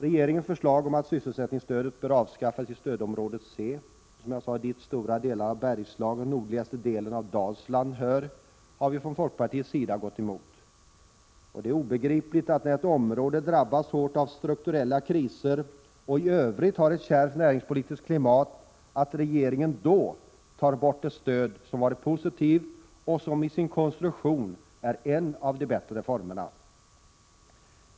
Regeringens förslag om att sysselsättningsstödet bör avskaffas i stödområde C, dit bl.a. stora delar av Bergslagen och nordligaste delen av Dalsland hör, har vi från folkpartiets sida gått emot. Det är obegripligt att regeringen, när ett område drabbas hårt av strukturella kriser och i övrigt har ett kärvt 17 näringspolitiskt klimat, tar bort ett stöd som varit positivt och som i sin konstruktion är en av de bättre stödformerna.